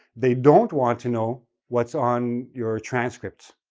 they don't want to know what's on your transcripts.